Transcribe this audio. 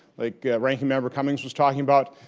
like ranking member cummings was talking about,